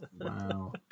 wow